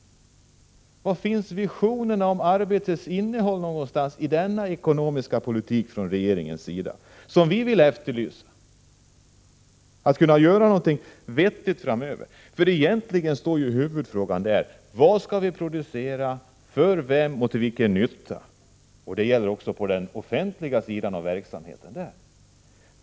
Var finns visionerna om arbetets innehåll någonstans i denna regeringens ekonomiska politik? De visionerna vill vi efterlysa. Vi vill kunna göra något vettigt framöver. Egentligen kommer huvudfrågan in där: Vad skall vi producera, för vem och till vilken nytta? Det gäller också på den stimulera ungdomens idrottsutövning offentliga sidan av verksamheten.